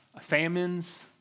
famines